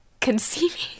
conceiving